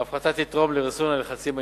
3. ההפחתה תתרום לריסון הלחצים האינפלציוניים.